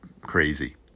crazy